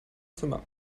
zimmer